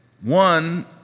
One